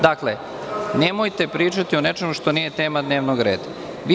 Dakle, nemojte pričati o nečemu što nije tema dnevnog reda.